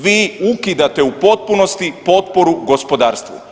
Vi ukidate u potpunosti potporu gospodarstvu.